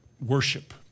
Worship